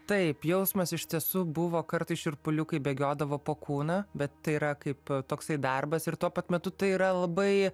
taip jausmas iš tiesų buvo kartais šiurpuliukai bėgiodavo po kūną bet tai yra kaip toksai darbas ir tuo pat metu tai yra labai